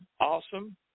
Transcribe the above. awesome